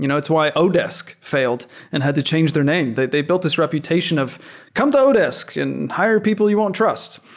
you know it's why odesk failed and had to change their name. they they built this reputation of come to odesk and hire people you want to trust.